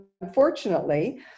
Unfortunately